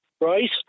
right